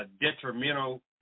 detrimental